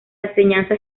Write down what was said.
enseñanza